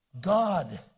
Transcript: God